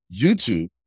YouTube